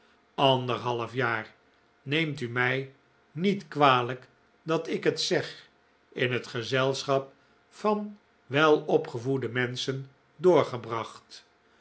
anderhalf jaar neemt u mij niet kwalijk dat ik het zeg in het gezelschap van welopgevoede menschen doorgebracht